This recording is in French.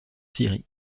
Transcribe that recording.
siri